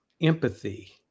empathy